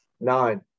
Nine